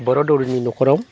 बर' दौरिनि न'खराव